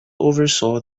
oversaw